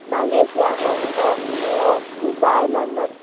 Malaysia Hong Kong New York Dubai London